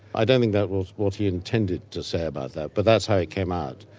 i don't think that was what he intended to say about that but that's how it came out,